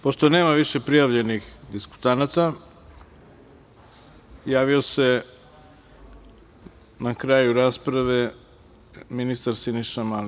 Pošto nema više prijavljenih diskutanata, javio se na kraju rasprave ministar Siniša Mali.